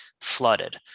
flooded